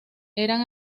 eran